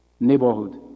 neighborhood